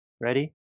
Ready